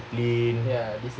discipline